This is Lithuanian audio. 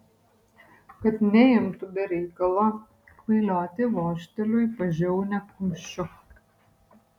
kad neimtų be reikalo kvailioti vožteliu į pažiaunę kumščiu